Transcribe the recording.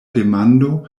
demando